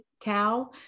cow